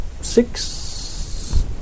six